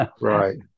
right